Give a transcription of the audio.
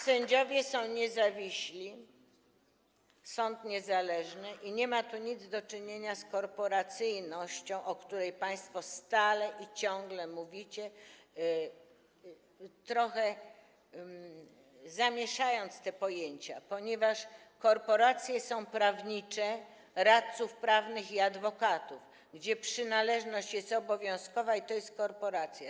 Sędziowie są niezawiśli, sąd jest niezależny i nie ma tu nic do czynienia z korporacyjnością, o której państwo stale i ciągle mówicie, trochę mieszając te pojęcia, ponieważ korporacje są prawnicze, radców prawnych i adwokatów, gdzie przynależność jest obowiązkowa, i to jest korporacja.